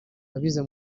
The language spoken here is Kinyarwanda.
abize